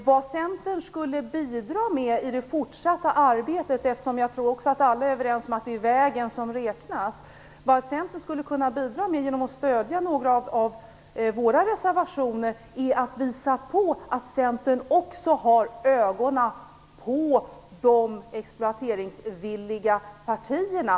Vad Centern skulle kunna bidra med i det fortsatta arbetet - jag tror nämligen att alla är överens om att det är vägen som räknas - genom att stödja några av våra reservationer är att visa på att även Centern har ögonen på de exploateringsvilliga partierna.